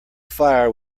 fire